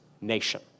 nation